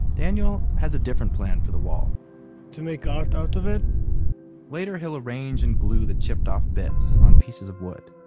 daniel has a different plan for the wall to make art out of it later he'll arrange and glue the chipped off bits on pieces of wood,